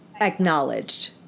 acknowledged